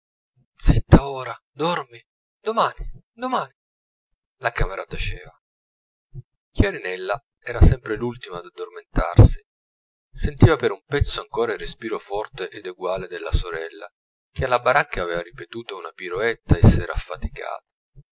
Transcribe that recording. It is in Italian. zitta ora dormi domani domani la camera taceva chiarinella era sempre l'ultima ad addormentarsi sentiva per un pezzo ancora il respiro forte ed eguale della sorella che alla baracca avea ripetuta una piroetta e s'era affaticata